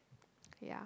yeah